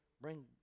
bring